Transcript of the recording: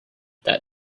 that